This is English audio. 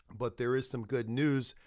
but there is some good news,